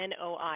NOI